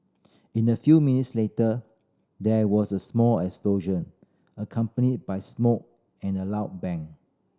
in a few minutes later there was a small explosion accompanied by smoke and a loud bang